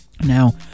Now